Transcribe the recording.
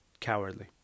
cowardly